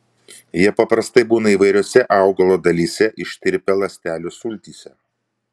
jie paprastai būna įvairiose augalo dalyse ištirpę ląstelių sultyse